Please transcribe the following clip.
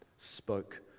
spoke